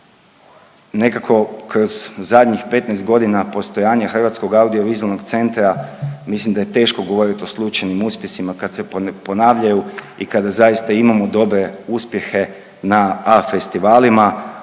nekako kroz zadnjih 15 godina postojanja HAVC-a mislim da je teško govorit o slučajnim uspjesima kad se ponavljaju i kada zaista imamo dobre uspjehe na A festivalima,